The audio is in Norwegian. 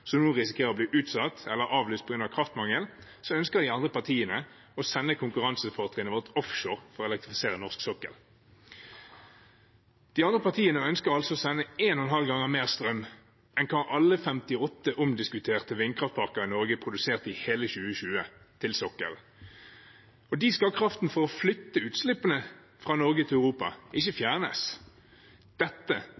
som nå risikerer å bli utsatt eller avlyst på grunn av kraftmangel, ønsker de andre partiene å sende konkurransefortrinnet vårt offshore, for å elektrifisere norsk sokkel. De andre partiene ønsker altså å sende 1,5 ganger mer strøm enn hva alle de 58 omdiskuterte vindkraftparkene i Norge produserte i hele 2020, til sokkelen. Dit skal kraften for å flytte utslippene fra Norge til Europa, ikke